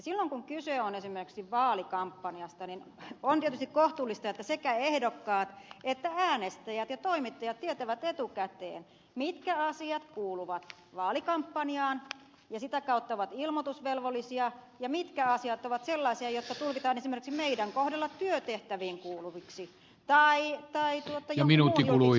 silloin kun kyse on esimerkiksi vaalikampanjasta on tietysti kohtuullista että sekä ehdokkaat että äänestäjät ja toimittajat tietävät etukäteen mitkä asiat kuuluvat vaalikampanjaan ja sitä kautta ovat ilmoitusvelvollisia ja mitkä asiat ovat sellaisia jotka tulkitaan esimerkiksi meidän kohdallamme työtehtäviin kuuluviksi tai jonkun muun julkkiksen kohdalla työtehtäviin kuuluviksi